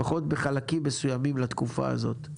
לפחות בחלקים מסוימים לתקופה הזאת.